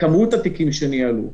לדוגמה: כמות התיקים שניהלו,